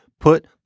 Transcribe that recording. put